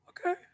Okay